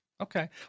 Okay